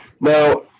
Now